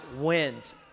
wins